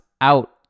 out